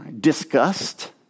Disgust